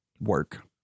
work